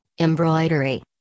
embroidery